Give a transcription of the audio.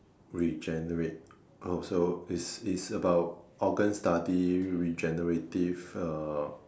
regenerate oh so is is about organ study regenerative uh